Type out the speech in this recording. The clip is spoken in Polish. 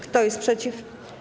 Kto jest przeciw?